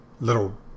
little